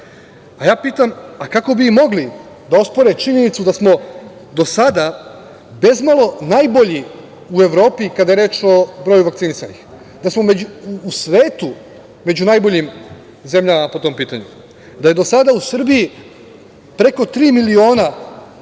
Ja pitam - kako bi mogli da ospore činjenicu da smo do sada bezmalo najbolji u Evropi kada je reč o broju vakcinisanih, da smo u svetu među najboljim zemljama po tom pitanju, da je do sada u Srbiji preko tri miliona dato